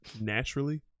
naturally